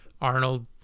Arnold